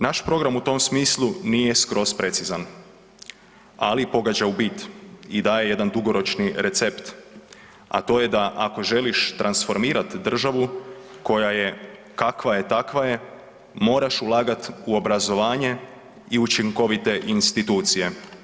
Naš program u tom smislu nije skroz precizan, ali pogađa u bit i daje jedan dugoročni recept, a to je da ako želiš transformirat državu koja je, kakva je takva je, moraš ulagat u obrazovanje i učinkovite institucije.